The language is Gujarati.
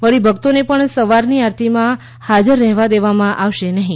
વળી ભક્તોને પણ સવારની આરતીમાં હાજર રહેવા દેવામાં આવશે નહીં